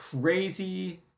crazy